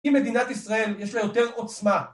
אם מדינת ישראל יש לה יותר עוצמה.